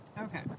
okay